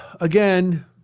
again –